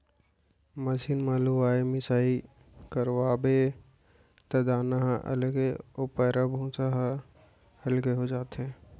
machine म लुवाई मिसाई करवाबे त दाना ह अलगे अउ पैरा भूसा ह अलगे हो जाथे